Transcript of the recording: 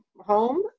home